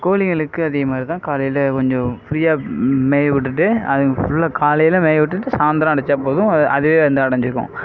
கோழிங்களுக்கு அதேமாதிரிதான் காலையில் கொஞ்சம் ஃப்ரியாக மேய விட்டுட்டு அதுங்க ஃபுல்லாக காலையில் மேய விட்டுட்டு சாந்தரம் அடைச்சா போதும் அது அதுவே வந்து அடைஞ்சிக்கும்